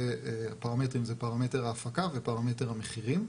זה פרמטר ההפקה ופרמטר המחירים.